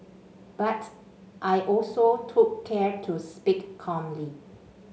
but I also took care to speak calmly